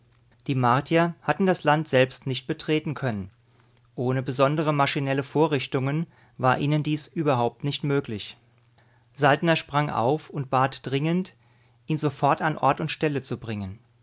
die martier hatten das land selbst nicht betreten können ohne besondere maschinelle vorrichtungen war ihnen dies überhaupt nicht möglich saltner sprang auf und bat dringend ihn sofort an ort und stelle zu bringen